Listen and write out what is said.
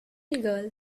girl